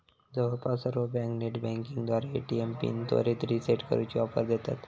जवळपास सर्व बँका नेटबँकिंगद्वारा ए.टी.एम पिन त्वरित रीसेट करूची ऑफर देतत